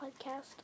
podcast